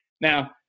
Now